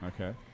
Okay